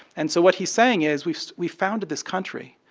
and so what he's saying is, we so we founded this country,